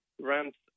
ramps